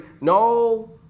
No